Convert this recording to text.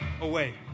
away